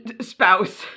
spouse